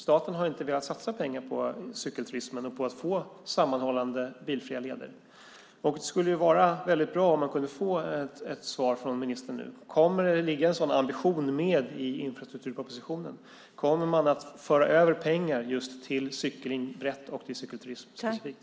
Staten har inte velat satsa pengar på cykelturismen och på att få sammanhållande bilfria leder. Det skulle vara väldigt bra om man kunde få ett svar från ministern. Kommer det att ligga en sådan ambition med i infrastrukturpropositionen? Kommer man att föra över pengar till cykling i allmänhet och till cykelturism specifikt?